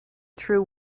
true